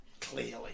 clearly